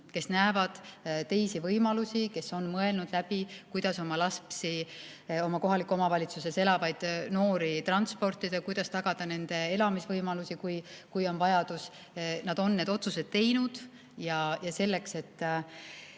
kes näevad teisi võimalusi, kes on mõelnud läbi, kuidas oma lapsi, oma kohalikus omavalitsuses elavaid noori transportida ja kuidas tagada nende elamisvõimalusi, kui on vajadus. Nad on need otsused teinud ja selleks, et